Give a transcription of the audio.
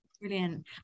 Brilliant